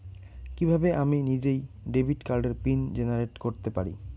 কিভাবে আমি নিজেই ডেবিট কার্ডের পিন জেনারেট করতে পারি?